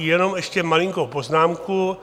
Jenom ještě malinkou poznámku.